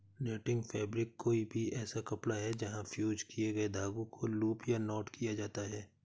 netting fabric कोई भी ऐसा कपड़ा है जहाँ फ़्यूज़ किए गए धागों को लूप या नॉट किया जाता है